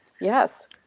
yes